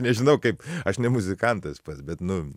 nežinau kaip aš ne muzikantas pats bet nu